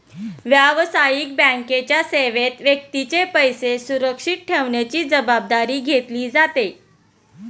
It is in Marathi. व्यावसायिक बँकेच्या सेवेत व्यक्तीचे पैसे सुरक्षित ठेवण्याची जबाबदारी घेतली जाते